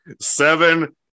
seven